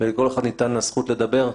ולכל אחד ניתנה הזכות לדבר.